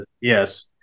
yes